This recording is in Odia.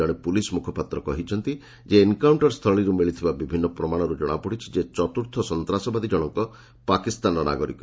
ଜଣେ ପୁଲିସ ମୁଖପାତ୍ର କହିଛନ୍ତି ଏନକାଉଷ୍ଟରସ୍ଥଳୀରୁ ମିଳିଥିବା ବିଭିନ୍ନ ପ୍ରମାଣରୁ ଜଣାପଡିଛି ଯେ ଚତୁର୍ଥ ସନ୍ତ୍ରାସବାଦୀଜଣକ ପାକିସ୍ତାନର ନାଗରିକ